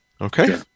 Okay